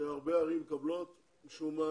שהרבה ערים מקבלות ומשום מה